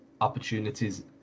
opportunities